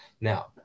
Now